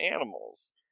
animals